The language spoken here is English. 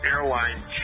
Airline